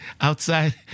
outside